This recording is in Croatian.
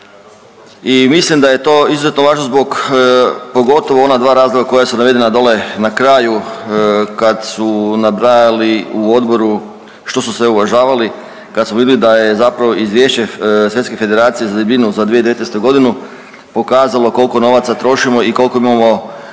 i mislim da je to izuzetno važno zbog pogotovo ona dva razloga koja su navedena dole na kraju kad su nabrajali u odboru što su sve uvažavali, kad smo vidjeli da je zapravo izvješće Svjetske federacije za debljinu za 2019.g. pokazalo koliko novaca trošimo i koliko imamo